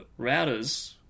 routers